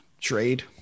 Trade